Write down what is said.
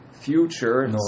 future